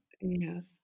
Yes